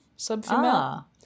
Sub-female